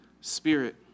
Spirit